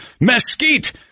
mesquite